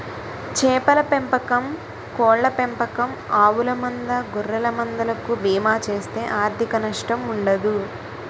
చేపల పెంపకం కోళ్ళ పెంపకం ఆవుల మంద గొర్రెల మంద లకు బీమా చేస్తే ఆర్ధిక నష్టం ఉండదు